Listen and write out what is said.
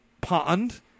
pond